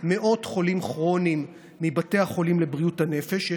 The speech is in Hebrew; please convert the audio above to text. מאות חולים כרוניים מבתי החולים לבריאות הנפש.